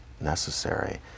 necessary